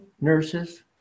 nurses